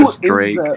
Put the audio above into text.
Drake